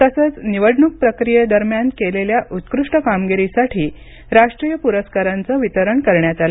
तसंच निवडणूक प्रक्रियेदरम्यान केलेल्या उत्कृष्टकामगिरीसाठी राष्ट्रीय पुरस्कारांचं वितरण करण्यात आलं